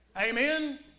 Amen